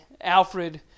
Alfred